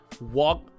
walk